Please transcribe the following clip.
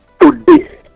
today